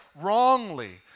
wrongly